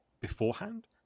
beforehand